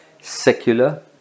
secular